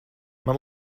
man